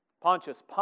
Pontius